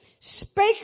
spake